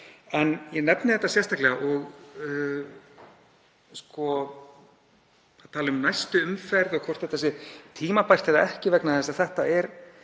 En ég nefni þetta sérstaklega — hv. þingmaður talar um næstu umferð og hvort þetta sé tímabært eða ekki — vegna þess að þetta er